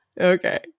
Okay